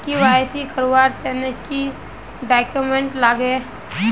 KYC करवार तने की की डॉक्यूमेंट लागे?